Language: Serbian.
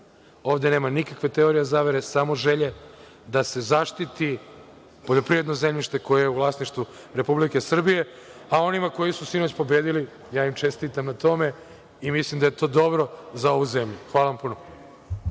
Ovde nema nikakve teorije zavere, samo želje da se zaštiti poljoprivredno zemljište koje je u vlasništvu Republike Srbije, a onima koji su sinoć pobedili čestitam na tome i mislim da je to dobro za ovu zemlju. Hvala vam puno.